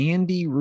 Andy